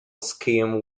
scheme